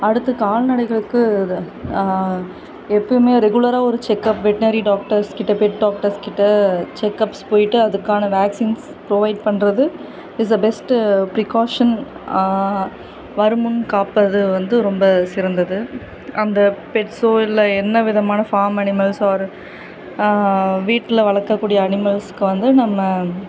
அடுத்து கால் நடைகளுக்கு இது எப்போவுமே ரெகுலராக ஒரு செக்கப் வெட்னரி டாக்டர்ஸ் கிட்ட பெட் டாக்டர்ஸ் கிட்ட செக்கப்ஸ் போய்ட்டு அதுக்கான வேக்சின்ஸ் ப்ரொவைட் பண்ணுறது இஸ் அ பெஸ்ட்டு ப்ரிக்காஷன் வருமுன் காப்பது வந்து ரொம்ப சிறந்தது அந்த பெட்ஸ்ஸோ இல்லை என்ன விதமான ஃபார்ம் அனிமல்ஸ் ஆர் வீட்டில வளர்க்கக்கூடிய அனிமல்ஸுக்கு வந்து நம்ம